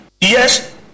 yes